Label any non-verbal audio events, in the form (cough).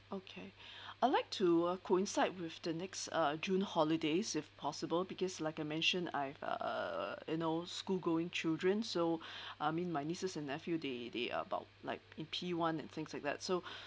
okay (breath) I like to coincide with the next uh june holidays if possible because like I mentioned I have uh you know school going children so (breath) I mean my nieces and nephew they they're about like in P one and things like that so (breath)